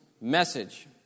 message